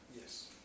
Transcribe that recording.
Yes